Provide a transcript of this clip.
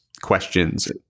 questions